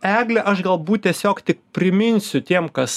egle aš galbūt tiesiog tik priminsiu tiem kas